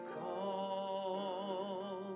call